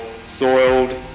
soiled